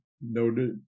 noted